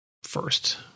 first